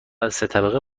طبقه